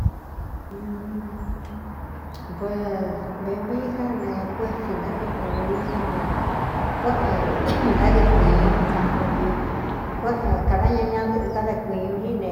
Pedvevií já ne kuétsī ntádeꞌnu vevií já ne kuéꞌēn ntáde kuīñu taꞌan ci kkāda ña ñadɨꞌɨ kade kuiñu ñí ne